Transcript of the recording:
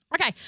Okay